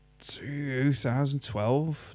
2012